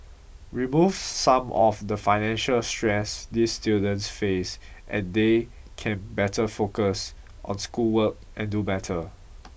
remove some of the financial stress these students face and they can better focus on schoolwork and do better